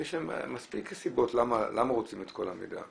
יש להם מספיק סיבות למה רוצים את כל המידע.